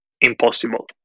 impossible